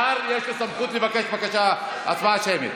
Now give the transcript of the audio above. לשר יש סמכות לבקש בקשה, הצבעה שמית.